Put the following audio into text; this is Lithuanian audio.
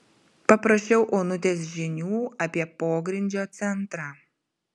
paprašiau onutės žinių apie pogrindžio centrą